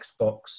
xbox